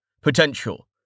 Potential